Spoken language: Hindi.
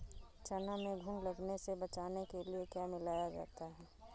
चना में घुन लगने से बचाने के लिए क्या मिलाया जाता है?